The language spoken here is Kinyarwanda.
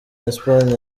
espagne